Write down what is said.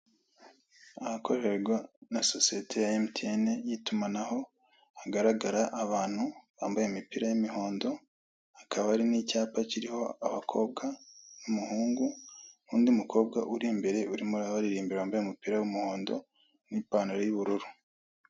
Ahakorerwa na sosiyete ya emutiyeni y'itumanaho hagaragara abantu bambaye imipira y'imihondo hakaba hari n'icyapa kiriho abakobwa n'umuhungu n'undi mukobwa uri imbere urimo urabaririmbira wambaye umupira w'umuhondo n'ipantaro y'ubururu.